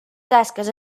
tasques